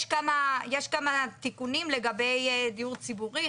יש כמה תיקונים לגבי דיור ציבורי,